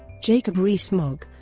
jacob rees-mogg